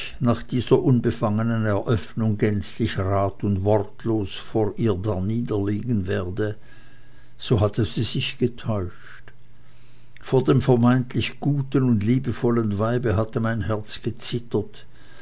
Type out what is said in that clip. nach dieser unbefangenen eröffnung gänzlich rat und wehrlos vor ihr darniederliegen werde so hatte sie sich getäuscht vor dem vermeintlich guten und liebevollen weibe hatte mein herz gezittert